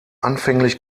anfänglich